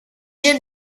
mir